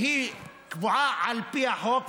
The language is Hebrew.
שהיא קבועה על פי החוק,